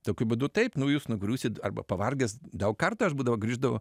tokiu būdu taip nu jūs nugriūsit arba pavargęs daug kartų aš būdavau grįždavau